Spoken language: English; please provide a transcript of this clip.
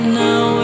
now